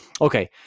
Okay